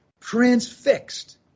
transfixed